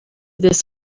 this